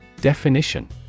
Definition